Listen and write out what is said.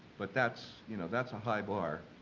but that's, you know, that's a high bar.